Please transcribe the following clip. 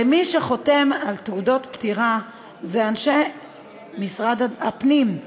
הרי מי שחותם על תעודות פטירה זה אנשי משרד הפנים,